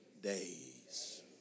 days